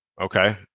okay